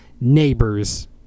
neighbors